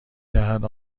دهد